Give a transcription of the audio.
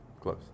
close